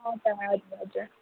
हजुर हजुर हजुर